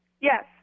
Yes